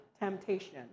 temptation